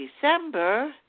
December